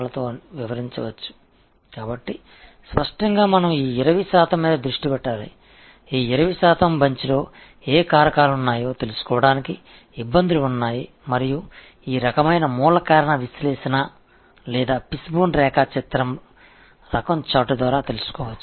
அதனால் வெளிப்படையாக இந்த 20 சதவிகிதத்தில் நாம் கவனம் செலுத்த வேண்டும் இந்த 20 சதவிகிதக் குழுவில் எந்தெந்த காரணிகள் உள்ளன என்பதை அறிந்து கொள்வதில் உள்ள சிரமங்கள் மற்றும் இந்த வகையான மூல காரண பகுப்பாய்வு அல்லது ஃபிஷ் போன் வரைபடம் வகை விளக்கப்படம் மூலம் கண்டுபிடிக்க முடியும்